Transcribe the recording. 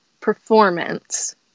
performance